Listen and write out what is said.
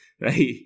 right